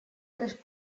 tres